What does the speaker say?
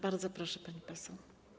Bardzo proszę, pani poseł.